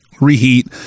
reheat